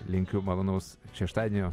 linkiu malonaus šeštadienio